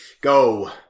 Go